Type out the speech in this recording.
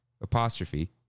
apostrophe